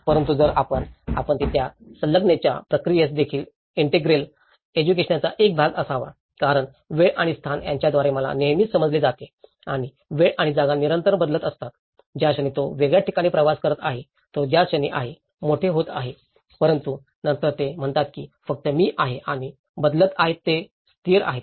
परंतु जर आपण आपण ते त्या संलग्नतेच्या प्रक्रियेस देखील ईंटेग्रेल एज्युकेशनाचा एक भाग असावा कारण वेळ आणि स्थान यांच्याद्वारे मला नेहमीच समजले जाते आणि वेळ आणि जागा निरंतर बदलत असतात ज्या क्षणी तो वेगळ्या ठिकाणी प्रवास करत आहे तो ज्या क्षणी आहे मोठे होत आहे परंतु नंतर ते म्हणतात की फक्त मी आहे आणि बदलत आहेत जे स्थिर आहेत